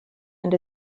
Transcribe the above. and